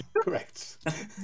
Correct